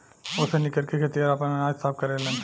ओसौनी करके खेतिहर आपन अनाज साफ करेलेन